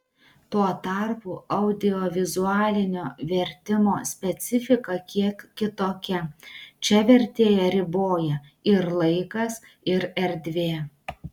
tuo tarpu audiovizualinio vertimo specifika kiek kitokia čia vertėją riboja ir laikas ir erdvė